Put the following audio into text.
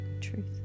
truth